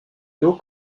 leo